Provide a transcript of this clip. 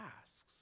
asks